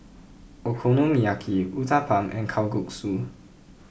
where is Okonomiyaki Uthapam and Kalguksu